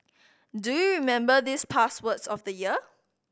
do you remember these past words of the year